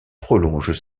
prolongent